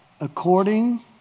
according